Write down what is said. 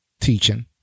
teaching